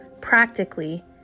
practically